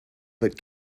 but